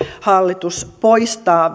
hallitus poistaa